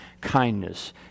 kindness